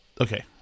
Okay